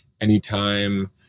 anytime